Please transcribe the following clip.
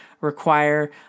require